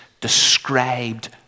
described